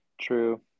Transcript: True